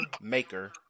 Maker